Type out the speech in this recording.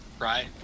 Right